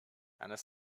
eines